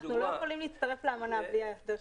אנחנו לא יכולים להצטרף לאמנה בלי ההסדר.